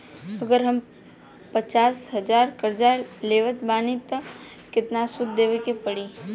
अगर हम पचास हज़ार कर्जा लेवत बानी त केतना सूद देवे के पड़ी?